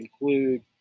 include